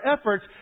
efforts